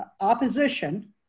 opposition